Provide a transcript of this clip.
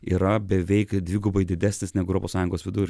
yra beveik dvigubai didesnis negu europos sąjungos vidur